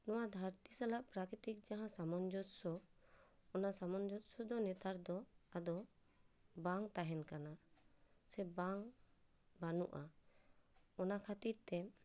ᱱᱚᱣᱟ ᱫᱷᱟᱹᱨᱛᱤ ᱥᱟᱞᱟᱜ ᱯᱨᱟᱠᱤᱛᱤ ᱡᱟᱦᱟᱸ ᱥᱟᱢᱚᱧᱡᱚᱥᱥᱚ ᱚᱱᱟ ᱥᱟᱢᱚᱱᱡᱚᱥᱥᱚ ᱫᱚ ᱱᱮᱛᱟᱨ ᱫᱚ ᱟᱫᱚ ᱵᱟᱝ ᱛᱟᱦᱮᱱ ᱠᱟᱱᱟ ᱥᱮ ᱵᱟᱝ ᱵᱟᱹᱱᱩᱼᱟ ᱚᱱᱟ ᱠᱷᱟᱹᱛᱤᱨ ᱛᱮ